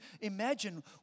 imagine